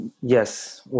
Yes